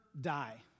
die